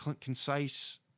concise